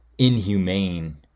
inhumane